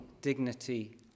dignity